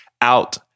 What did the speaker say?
out